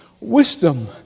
Wisdom